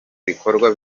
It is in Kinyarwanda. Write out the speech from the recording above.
bikorwa